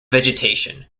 vegetation